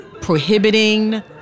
prohibiting